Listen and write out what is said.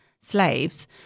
slaves